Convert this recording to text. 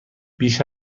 بیش